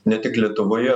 ne tik lietuvoje